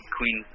Queen